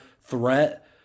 threat